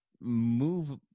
move